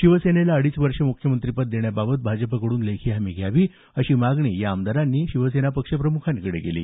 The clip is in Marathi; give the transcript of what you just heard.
शिवसेनेला अडीच वर्षे मुख्यमंत्रिपद देण्याबाबत भाजपकडून लेखी हमी घ्यावी अशी मागणी या आमदारांनी शिवसेना पक्षप्रमुखांकडे केली